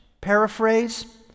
paraphrase